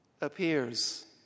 appears